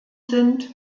sind